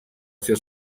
stia